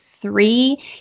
three